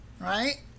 Right